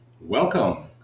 Welcome